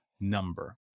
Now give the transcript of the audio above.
number